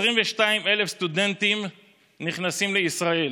22,000 סטודנטים נכנסים לישראל,